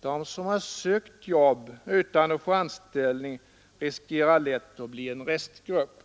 De som sökt jobb utan att få anställning riskerar lätt att bli en restgrupp.”